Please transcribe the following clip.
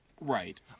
Right